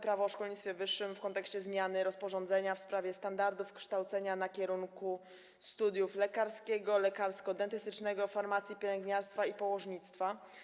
Prawo o szkolnictwie wyższym w kontekście zmiany rozporządzenia w sprawie standardów kształcenia dla kierunków studiów: lekarskiego, lekarsko-dentystycznego, farmacji, pielęgniarstwa i położnictwa.